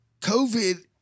COVID